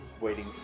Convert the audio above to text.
waiting